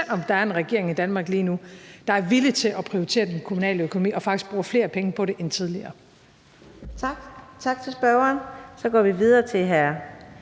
selv om der er en regering i Danmark lige nu, der er villig til at prioritere den kommunale økonomi og faktisk bruger flere penge på det end tidligere. Kl. 13:40 Fjerde næstformand (Karina